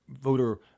voter